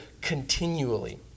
continually